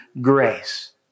grace